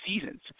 seasons